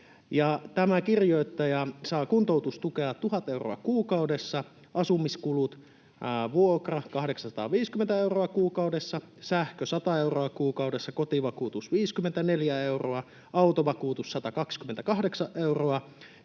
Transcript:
Tämä kirjoittaja saa kuntoutustukea 1 000 euroa kuukaudessa, asumiskulut: vuokra 850 euroa kuukaudessa, sähkö 100 euroa kuukaudessa, kotivakuutus 54 euroa, autovakuutus 128 euroa